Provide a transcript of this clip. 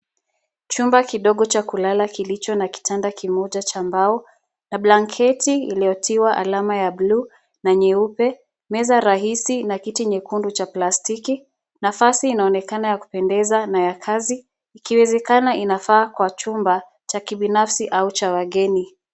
Chumba kidogo cha kulala kilicho na kitanda kimoja cha mbao, na blanketi iliyotiwa alama ya bluu, na nyeupe. Meza rahisi na kiti nyekundu cha plastiki. Nafasi inaonekana ya kupendeza na ya kazi. Ikiwezekana inafaa kuwa chumba cha kibinafsi au cha wageni.